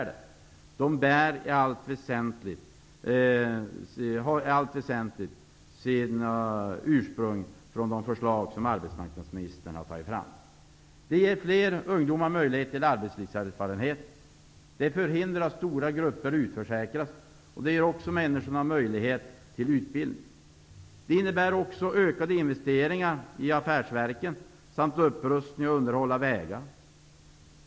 De har i allt väsentligt sitt utsprung i de förslag som arbetsmarknadsministern har tagit fram. Anslaget ger fler ungdomar möjlighet till arbetslivserfarenhet. Det förhindrar att stora grupper utförsäkras, och det ger människor möjlighet till utbildning. Det innebär också ökade investeringar i affärsverken samt upprustning och underhåll av vägar.